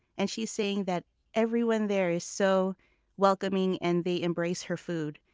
and she's saying that everyone there is so welcoming, and they embrace her food.